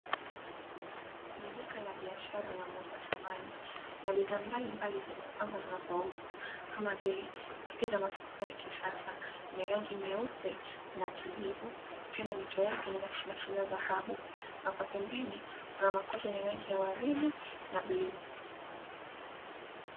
Kwenye duka la biashara la muuza samani, kuna bidhaa mbalimbali zimepangwa zinazouzwa. Kama vile seti za masofa ya kisasa, yenye rangi nyeupe na kijivu, ikiwa na mito yake yenye nakshinakshi za dhahabu, na kwa pembeni kuna makochi yenye rangi ya waridi na bluu.